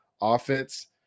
offense